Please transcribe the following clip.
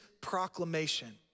proclamation